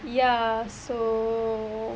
ya so